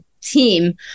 team